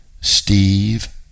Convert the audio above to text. Steve